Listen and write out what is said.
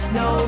no